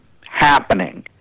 happening